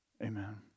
Amen